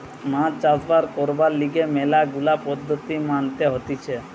মাছ চাষ করবার লিগে ম্যালা গুলা পদ্ধতি মানতে হতিছে